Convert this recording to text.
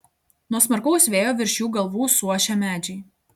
nuo smarkaus vėjo virš jų galvų suošia medžiai